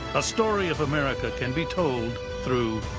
a story of america can be told through.